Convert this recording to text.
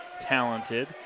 talented